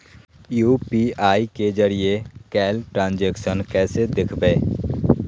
UPI के जरिए कैल ट्रांजेक्शन कैसे देखबै?